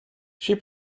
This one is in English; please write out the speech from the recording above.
she